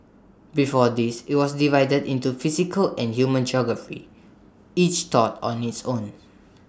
before this IT was divided into physical and human geography each taught on its own